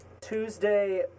Tuesday